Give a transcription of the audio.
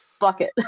bucket